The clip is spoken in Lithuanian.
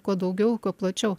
kuo daugiau kuo plačiau